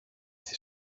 στη